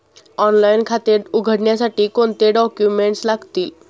Online खाते उघडण्यासाठी कोणते डॉक्युमेंट्स लागतील?